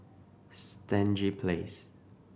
Stangee Place